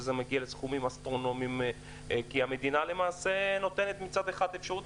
וזה מגיע לסכומים אסטרונומיים כי המדינה למעשה נותנת מצד אחד אפשרות,